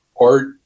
art